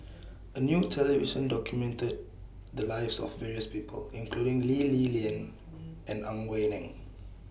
A New television documented The Lives of various People including Lee Li Lian and Ang Wei Neng